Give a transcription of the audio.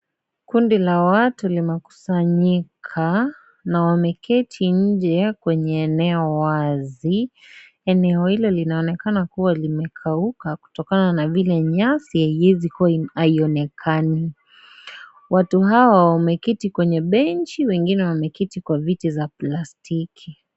Kundi la watu limekusanyika na wameketi nje ya kwenye eneo wazi. Eneo hilo linaonekana kuwa limekauka, kutokana na vile nyasi haionekani. Watu hawa, wameketi kwenye benchi wengine wameketi kwa viti za plastiki.